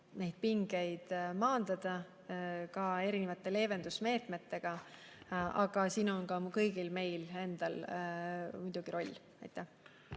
neid pingeid maandada ka erinevate leevendusmeetmetega, aga siin on ka meil kõigil endal muidugi roll. Aitäh!